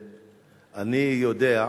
קיימת,